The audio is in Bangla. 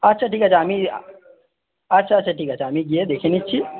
আচ্ছা ঠিক আছে আমি আচ্ছা আচ্ছা ঠিক আছে আমি গিয়ে দেখে নিচ্ছি